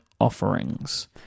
offerings